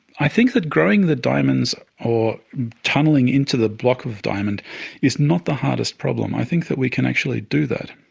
i think that growing the diamonds or tunnelling into the block of diamond is not the hardest problem, i think that we can actually do that.